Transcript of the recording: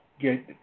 get